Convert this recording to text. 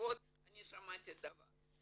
בישיבות שמעתי דבר.